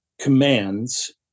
commands